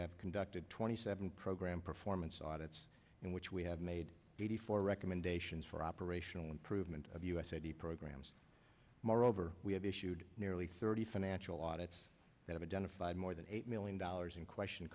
have conducted twenty seven program performance audits in which we have made eighty four recommendations for operational improvement of u s eighty programs moreover we have issued nearly thirty financial audits that identified more than eight million dollars in question